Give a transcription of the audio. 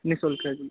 निःशुल्क है जी